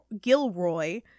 Gilroy